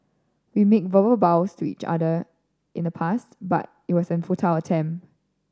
we made verbal vows to each other in the past but it was a futile attempt